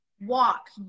walk